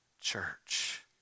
church